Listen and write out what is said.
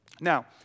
Now